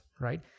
right